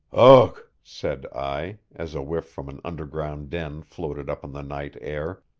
ugh! said i, as a whiff from an underground den floated up on the night air,